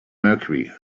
mercury